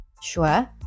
Sure